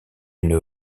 une